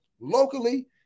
locally